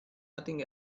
nothing